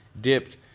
dipped